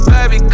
Baby